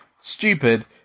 stupid